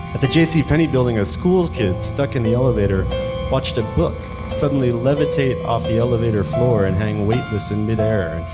but the jc penney building, a school kid stuck in the elevator watched a book suddenly levitate off the elevator floor and hang weightless in mid-air,